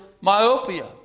myopia